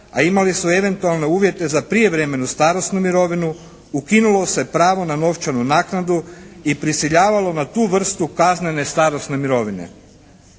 a imali su eventualno uvjete za prijevremenu starosnu mirovinu ukinulo se pravo na novčanu naknadu i prisiljavalo na tu vrstu kaznene starosne mirovine